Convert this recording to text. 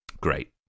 Great